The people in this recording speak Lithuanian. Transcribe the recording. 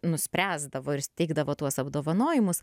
nuspręsdavo ir steigdavo tuos apdovanojimus